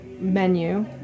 menu